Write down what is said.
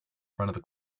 front